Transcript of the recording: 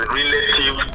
relative